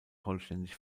vollständig